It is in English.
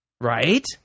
Right